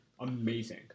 amazing